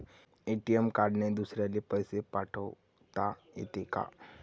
ATM कार्डने दुसऱ्याले पैसे पाठोता येते का?